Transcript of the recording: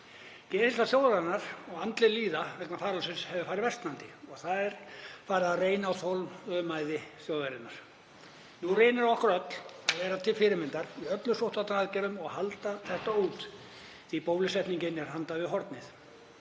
Geðheilsa þjóðarinnar og andleg líðan vegna faraldursins hefur farið versnandi og er farið að reyna á þolinmæði þjóðarinnar. Nú reynir á okkur öll að vera til fyrirmyndar í öllum sóttvarnaaðgerðum og halda þetta út því að bólusetning er handan við hornið.